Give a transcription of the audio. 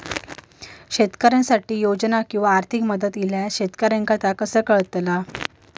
शेतकऱ्यांसाठी योजना किंवा आर्थिक मदत इल्यास शेतकऱ्यांका ता कसा कळतला?